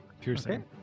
Piercing